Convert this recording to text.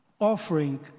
offering